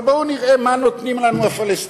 אבל בואו נראה מה נותנים לנו הפלסטינים.